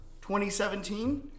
2017